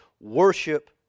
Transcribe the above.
Worship